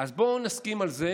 אז בואו נסכים על זה